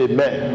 Amen